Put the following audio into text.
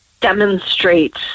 demonstrate